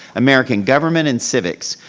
american government and civics.